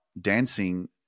dancing